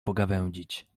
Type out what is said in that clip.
pogawędzić